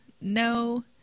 No